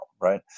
right